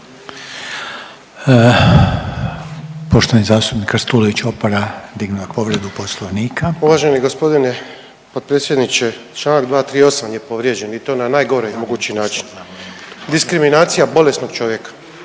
Poslovnika. **Krstulović Opara, Andro (HDZ)** Uvaženi gospodine potpredsjedniče, članak 238. je povrijeđen i to na najgori mogući način. Diskriminacija bolesnog čovjeka.